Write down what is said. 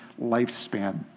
lifespan